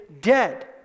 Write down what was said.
dead